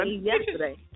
yesterday